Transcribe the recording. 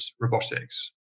robotics